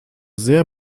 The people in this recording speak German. sehr